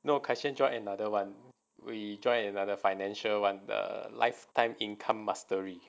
no kai xuan join another one we join another financial one the lifetime income mastery